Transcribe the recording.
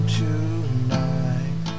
tonight